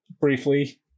briefly